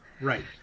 Right